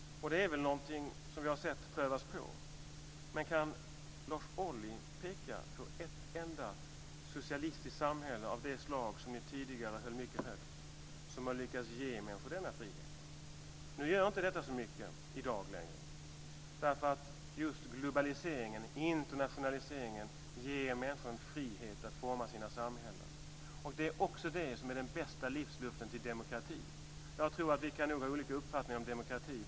Det har vi sett prövas. Men kan Lars Ohly peka på ett enda socialistiskt samhälle av det slag som ni tidigare höll mycket högt som har lyckats ge människor denna frihet? I dag gör inte detta så mycket längre, eftersom globaliseringen och internationaliseringen ger människor en frihet att forma sina samhällen. Det är också den bästa livsluften för demokratin. Vi kan nog ha olika uppfattningar om demokratin.